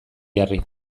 jarri